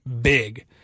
big